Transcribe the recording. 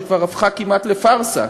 שכבר הפכה כמעט לפארסה,